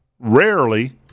rarely